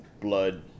blood